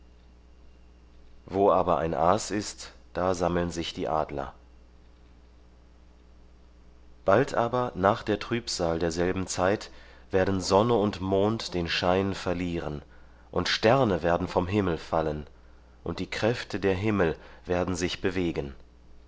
wo aber ein aas ist da sammeln sich die adler bald aber nach der trübsal derselben zeit werden sonne und mond den schein verlieren und sterne werden vom himmel fallen und die kräfte der himmel werden sich bewegen